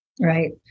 Right